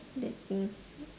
that thing